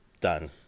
done